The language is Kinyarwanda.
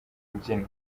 mbyino